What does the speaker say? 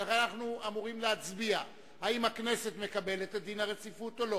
ולכן אנחנו אמורים להצביע אם הכנסת מקבלת את דין הרציפות או לא.